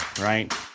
right